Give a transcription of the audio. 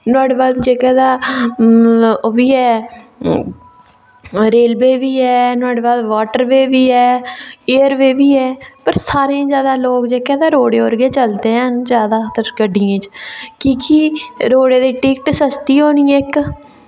नुहाड़े बाद जेह्के तां हून ओह् बी ऐ रेलवे बी ऐ नुहाड़े बाद वाटर वे बी ऐ एयर वे बी ऐ पर सारें कोला जादै जेह्के लोग न ओह् रोड़ें पर गै चलदे न जादातर गड्डियें च कि के रोड़ें दी टिकट सस्ती होनी इक